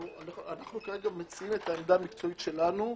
אנחנו כרגע מציעים את העמדה המקצועית שלנו.